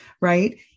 right